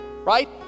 right